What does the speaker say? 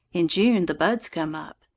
in june the buds come up.